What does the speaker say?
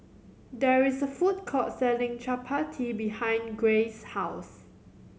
there is a food court selling Chapati behind Grayce's house